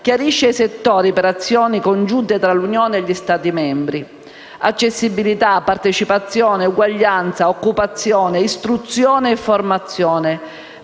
chiarisce i settori per azioni congiunte tra l'Unione e gli Stati membri. Accessibilità, partecipazione, uguaglianza, occupazione, istruzione e formazione